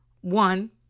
One